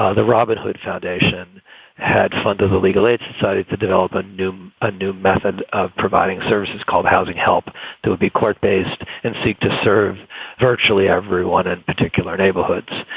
ah the robin hood foundation had funded the legal aid society to develop a new a new method of providing services called housing help to be court based and seek to serve virtually everyone in particular neighborhoods.